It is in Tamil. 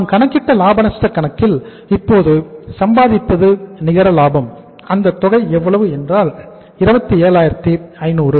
நாம் கணக்கிட்ட லாப நஷ்டக் கணக்கில் இப்போது சம்பாதித்த நிகர லாபம் அந்த தொகை எவ்வளவு என்றால் 27500